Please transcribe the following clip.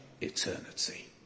eternity